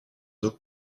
deux